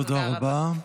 תודה רבה.